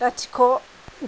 लाथिख'